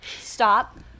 stop